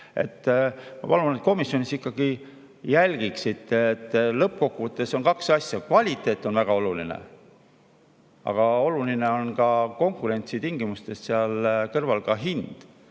Ma palun, et te komisjonis ikkagi jälgiksite seda, et lõppkokkuvõttes on kaks asja: kvaliteet on väga oluline, aga oluline on konkurentsitingimustes seal kõrval ka hind.